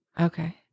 Okay